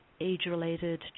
age-related